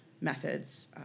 methods